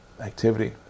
activity